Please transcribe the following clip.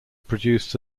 produced